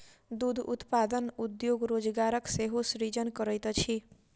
दूध उत्पादन उद्योग रोजगारक सेहो सृजन करैत अछि